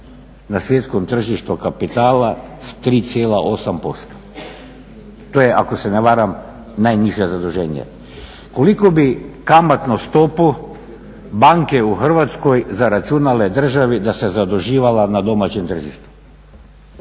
na svjetskom tržištu kapitala s 3,8%. To je ako se ne varam najniže zaduženje. Koliku bi kamatnu stopu banke u Hrvatskoj zaračunale državi da se zaduživala na domaćem tržištu?